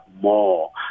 more